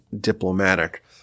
diplomatic